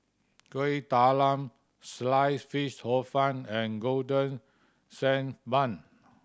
Kuih Talam slice fish Hor Fun and Golden Sand Bun